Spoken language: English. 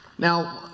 now,